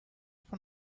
von